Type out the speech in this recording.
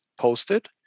posted